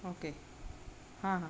okay हां हां